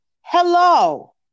hello